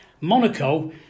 Monaco